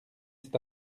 cet